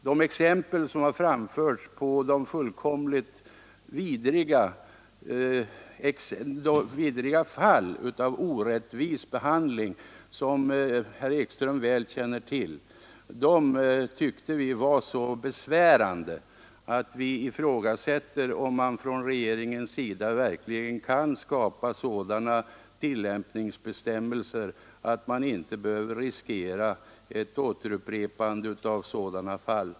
De omtalade, fullkomligt vidriga fall av orättvis behandling som herr Ekström väl känner till tycker vi är så besvärande att vi utgår från att regeringen verkligen kan skapa sådana tillämpningsbestämmelser att man inte behöver riskera ett upprepande av sådana fall.